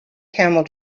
camel